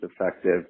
effective